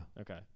Okay